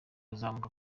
azamuka